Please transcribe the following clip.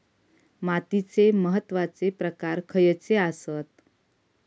मातीचे महत्वाचे प्रकार खयचे आसत?